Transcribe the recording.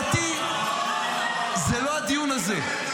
קטי, זה לא הדיון הזה.